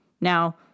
Now